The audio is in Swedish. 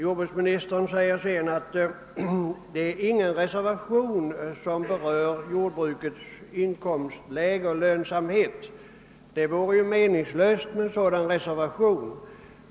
Jordbruksministern säger sedan att ingen reservation berör jordbrukets inkomstläge och lönsamhet. Det vore meningslöst med en sådan reservation.